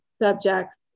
subjects